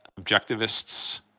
objectivists